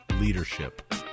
leadership